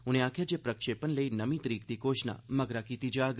उनें आखेआ जे प्रक्षेपण लेई नमीं तरीक दी घोषणा मगरा कीती जाग